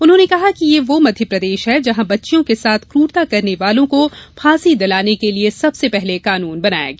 उन्होंने कहा कि ये वो मध्यप्रदेश है जहां बच्चियों के साथ क्रूरता करने वालों को फाँसी दिलाने के लिए सबसे पहले कानून बनाया गया